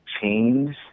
change